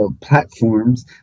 platforms